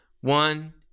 one